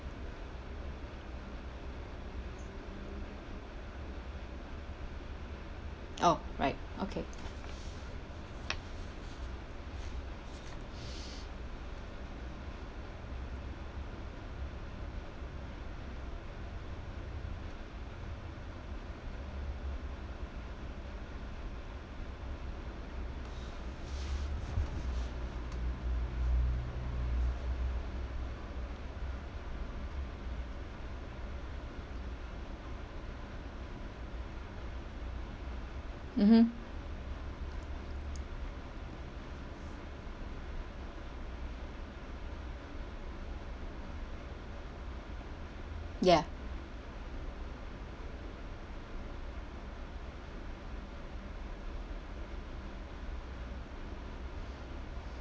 oh right okay mmhmm ya